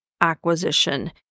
acquisition